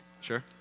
Sure